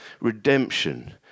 Redemption